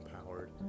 empowered